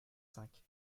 cinq